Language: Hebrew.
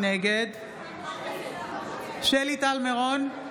נגד שלי טל מירון,